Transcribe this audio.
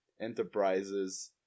enterprises